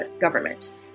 government